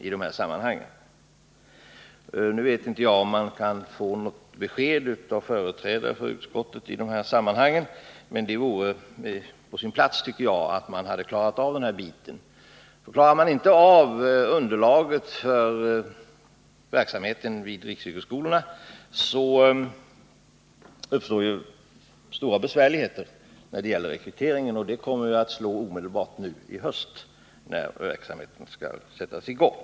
Nu vet jag inte om man kan få något besked av företrädare för utskottet, men det vore, enligt min mening, på plats att klara av den här biten. Klarar man inte av underlaget för verksamheten vid riksyrkesskolorna, uppstår det stora problem när det gäller rekryteringen, och detta slår igenom omedelbart i höst när verksamheten sätts i gång.